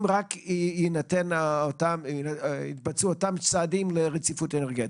אם רק יתבצעו אותם צעדים לרציפות אנרגטית,